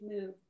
move